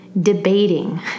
debating